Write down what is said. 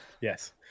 Yes